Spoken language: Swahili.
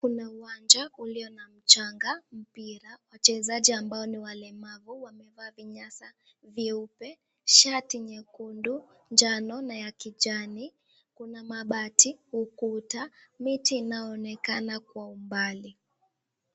Kuna uwanja ulio na mchanga, mpira. Wachezaji ambao ni walemavu wamevaa vinyasa vyeupe, shati nyekundu, njano na ya kijani. Kuna mabati, ukuta, miti inaonekana kwa umbali.